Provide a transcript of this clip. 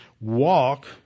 walk